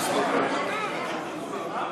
בבקשה.